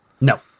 No